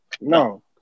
No